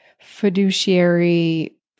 fiduciary